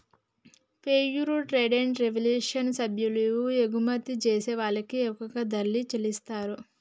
fair trade revolution సభ్యులు ఎగుమతి జేసే వాళ్ళకి ఎక్కువ ధరల్ని చెల్లిత్తారు